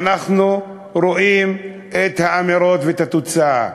ואנחנו רואים את האמירות ואת התוצאה.